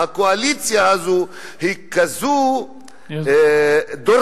הקואליציה הזו היא כזו דורסנית,